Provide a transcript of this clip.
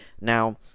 Now